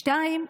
שתיים,